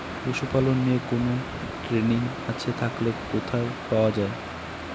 পশুপালন নিয়ে কোন ট্রেনিং আছে থাকলে কোথায় পাওয়া য়ায়?